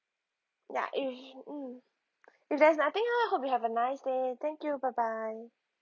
ya i~ mm if there's nothing el~ hope you have a nice day thank you bye bye